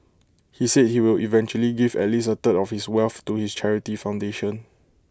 he said he will eventually give at least A third of his wealth to his charity foundation